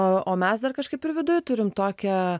o mes dar kažkaip ir viduj turim tokią